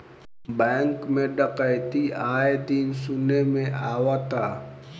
bank में डकैती आये दिन सुने में आवता